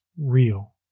real